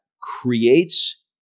creates